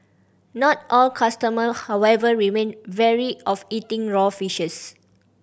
not all customer however remain wary of eating raw fish